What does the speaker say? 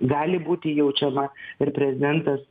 gali būti jaučiama ir prezidentas